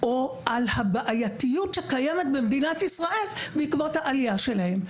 או על הבעייתיות הקיימת במדינת ישראל בעקבות העלייה שלהם?